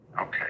Okay